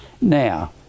Now